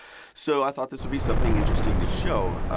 so, i thought this would be something interesting to show.